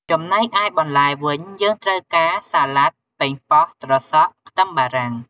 ចំណែកឯបន្លែវិញ យើងត្រូវការ សាឡាត់ ប៉េងប៉ោះ ត្រសក់ ខ្ទឹមបារាំង។